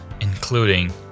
including